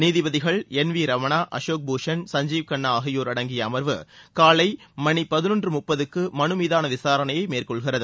நீதிபதிகள் N V Ramana Ashok Bhushan Sanjiv Khanna ஆகியோர் அடங்கிய அமர்வு காலை மணி பதினொன்று முப்பதுக்கு மனு மீதான விசாரணையை மேற்கொள்கிறது